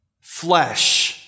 Flesh